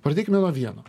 pradėkime nuo vieno